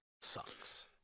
Sucks